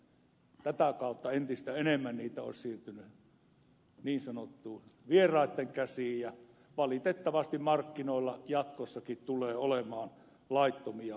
me hyvin tiedämme että tätä kautta entistä enemmän niitä olisi siirtynyt niin sanotusti vieraitten käsiin ja valitettavasti markkinoilla jatkossakin tulee olemaan laittomia aseita